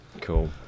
Cool